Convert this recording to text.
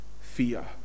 fear